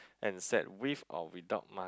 and sad with or without mo~